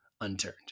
unturned